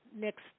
next